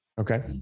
Okay